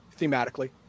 thematically